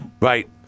Right